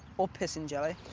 all pissin' jelly.